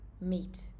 meet